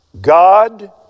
God